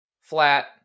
flat